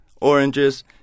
oranges